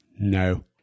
No